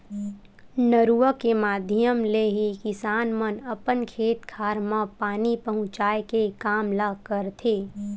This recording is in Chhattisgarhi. नरूवा के माधियम ले ही किसान मन अपन खेत खार म पानी पहुँचाय के काम ल करथे